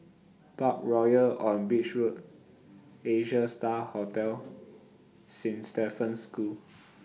Parkroyal on Beach Road Asia STAR Hotel Saint Stephen's School